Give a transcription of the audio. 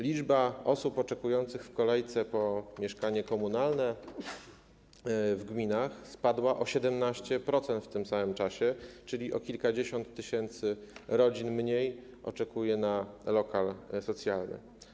Liczba osób oczekujących w kolejce na mieszkanie komunalne w gminach spadła o 17% w tym samym czasie, czyli o kilkadziesiąt tysięcy rodzin mniej oczekuje na lokal socjalny.